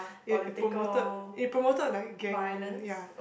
it promoted it promoted like gang ya